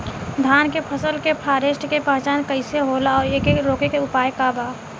धान के फसल के फारेस्ट के पहचान कइसे होला और एके रोके के उपाय का बा?